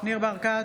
ניר ברקת,